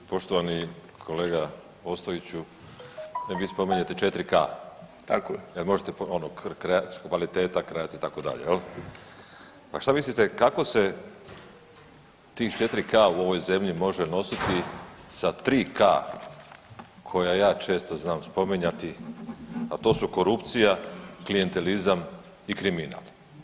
Poštovani kolega Ostojiću, vi spominjete 4K-a [[Upadica: Tako je.]] jer možete ono kvaliteta, kreacija itd., pa šta mislite kako se tih 4K-a u ovoj zemlji može nositi sa 3K-a koja ja često znam spominjati, a to su korupcija, klijentelizam i kriminal.